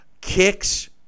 kicks